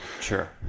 Sure